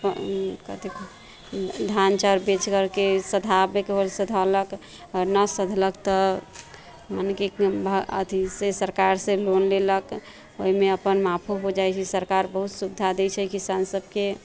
कथि कहू धान चाउर बेच करके सधाबैके भेल सधौलक आओर नहि सधेलक तऽ मने कि अथिसँ सरकारसँ लोन लेलक ओहिमे अपन माफो हो जाइ छै सरकार बहुत सुविधा दै छै किसान सभके